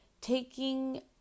Taking